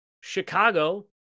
Chicago